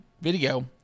video